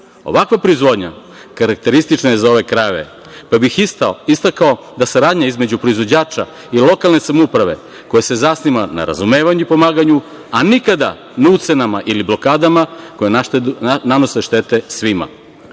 proizvodnja karakteristična je za ove krajeve, pa bih istakao da saradnja između proizvođača i lokalne samouprave koja se zasniva na razumevanju i pomaganju, a nikada na ucenama ili blokadama, koje nanose štete